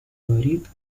говорит